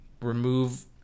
remove